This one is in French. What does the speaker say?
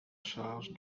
charge